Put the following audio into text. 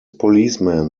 policemen